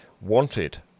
wanted